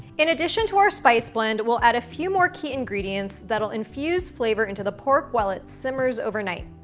in addition to our spice blend, we'll add a few more key ingredients that'll infuse flavor into the pork while it simmers overnight.